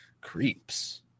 Creeps